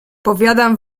powiadam